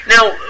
Now